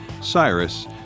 Cyrus